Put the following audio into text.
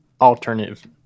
alternative